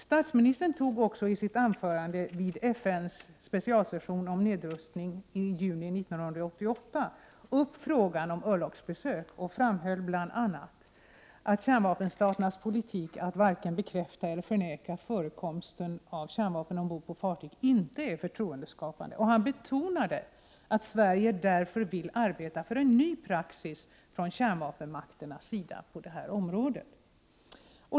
Statsministern tog också i sitt anförande vid FN:s specialsession om nedrustning i juni 1988 upp frågan om örlogsbesök och framhöll bl.a. att kärnvapenstaternas politik att varken bekräfta eller förneka förekomst av kärnvapen ombord på fartyg inte är förtroendeskapande. Han betonade att Sverige därför vill arbeta för en ny praxis från kärnvapenmakternas sida på detta område.